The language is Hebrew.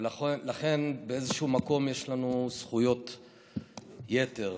ולכן באיזשהו מקום יש לנו זכויות יתר.